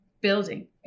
building